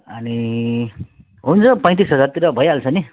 अनि हुन्छ पैँतिस हजारतिर भइहाल्छ नि